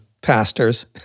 pastors